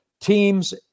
Teams